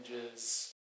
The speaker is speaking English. images